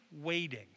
waiting